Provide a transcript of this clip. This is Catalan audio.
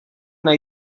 una